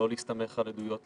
לא להסתמך על עדויות,